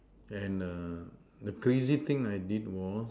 and err the crazy thing I did was